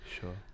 Sure